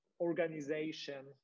organization